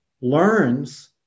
learns